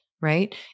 right